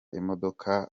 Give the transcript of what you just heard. imodoka